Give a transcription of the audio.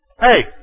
hey